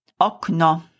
Okno